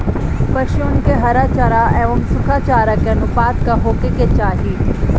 पशुअन के हरा चरा एंव सुखा चारा के अनुपात का होखे के चाही?